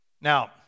Now